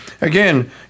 Again